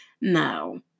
no